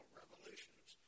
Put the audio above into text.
revolutions